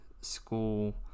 school